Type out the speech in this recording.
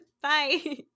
Bye